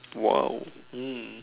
!whoa! mm